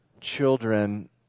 children